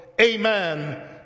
amen